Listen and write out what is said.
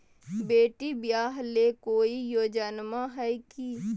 बेटी ब्याह ले कोई योजनमा हय की?